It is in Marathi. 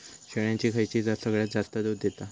शेळ्यांची खयची जात सगळ्यात जास्त दूध देता?